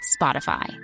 Spotify